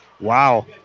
Wow